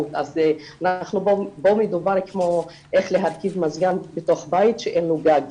פה מדובר איך להרכיב מזגן בתוך בית שאין לו גג.